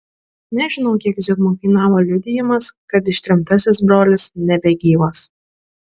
nežinau kiek zigmui kainavo liudijimas kad ištremtasis brolis nebegyvas